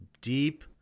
deep